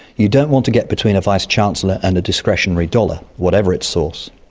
you don't want to get between a vice-chancellor and a discretionary dollar, whatever its source.